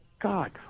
God